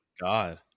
God